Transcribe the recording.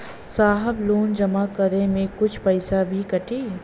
साहब लोन जमा करें में कुछ पैसा भी कटी?